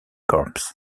corps